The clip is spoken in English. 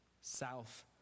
south